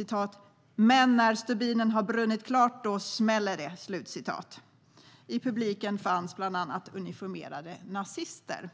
och sa: Men när stubinen har brunnit klart, då smäller det! I publiken fanns bland annat uniformerade nazister.